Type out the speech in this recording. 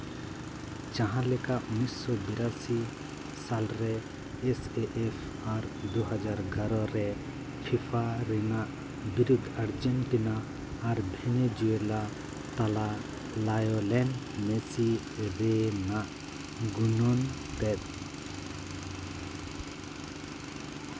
ᱡᱟᱸᱦᱟᱞᱮᱠᱟ ᱩᱱᱤᱥᱥᱚ ᱵᱤᱨᱟᱥᱤ ᱥᱟᱞ ᱨᱮ ᱮᱥ ᱮ ᱮᱯᱷ ᱟᱨ ᱫᱩ ᱦᱟᱡᱟᱨ ᱜᱟᱨᱚ ᱨᱮ ᱯᱷᱤᱯᱷᱟ ᱨᱮᱱᱟᱜ ᱵᱤᱨᱩᱫ ᱟᱨᱡᱮᱱᱴᱤᱱᱟ ᱟᱨ ᱵᱷᱮᱱᱮᱡᱩᱭᱮᱞᱟ ᱛᱟᱞᱟ ᱞᱟᱭᱚᱞᱮᱱ ᱢᱮᱥᱤ ᱨᱮᱼᱱᱟᱜ ᱜᱩᱱᱟᱹᱱ ᱛᱮᱫ